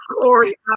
glory